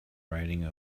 riding